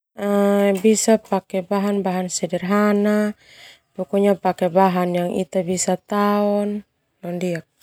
Bisa pake bahan sederhana, pokonya pake bahan yang ita tao talelak.